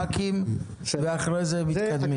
חברי הכנסת יתייחסו ואחרי זה נתקדם.